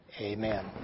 Amen